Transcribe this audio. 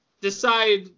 decide